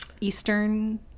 Eastern